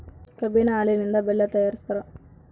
ಕಬ್ಬಿನ ಹಾಲಿನಿಂದ ಬೆಲ್ಲ ತಯಾರಿಸ್ತಾರ